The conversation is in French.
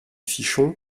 fichon